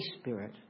Spirit